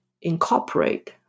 incorporate